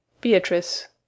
Beatrice